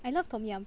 I love tom yum